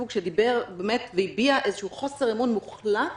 שדיבר והביע איזה חוסר אמון מוחלט